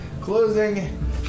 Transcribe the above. Closing